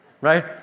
right